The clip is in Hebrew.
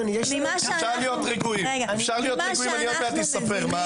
אפשר להיות רגועים, אני עוד מעט אספר.